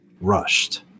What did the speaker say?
rushed